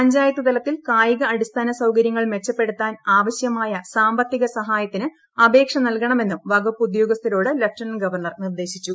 പഞ്ചായത്ത് തലത്തിൽ കായിക്ക് അടിസ്ഥാന സൌകര്യങ്ങൾ മെച്ചപ്പെടുത്താൻ ആവശ്യമായു സാമ്പത്തിക സഹായത്തിന് അപേക്ഷ നൽകണമെന്നും വകുപ്പ് ഉദ്യോഗസ്ഥരോട് ലഫ്റ്റനന്റ് ഗവർണർ നിർദ്ദേശിച്ചു